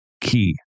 key